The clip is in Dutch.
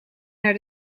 naar